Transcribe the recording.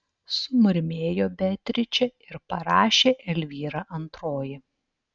sumurmėjo beatričė ir parašė elvyra antroji